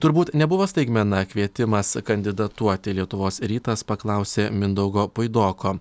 turbūt nebuvo staigmena kvietimas kandidatuoti lietuvos rytas paklausė mindaugo puidoko